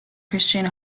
christian